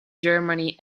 germany